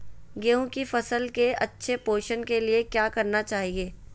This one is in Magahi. गेंहू की फसल के अच्छे पोषण के लिए क्या करना चाहिए?